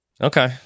okay